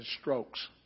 strokes